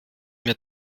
mir